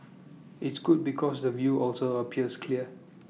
it's good because the view also appears clear